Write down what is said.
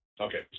Okay